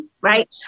right